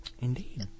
Indeed